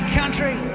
country